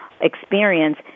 experience